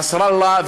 נסראללה,